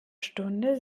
stunde